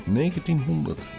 1900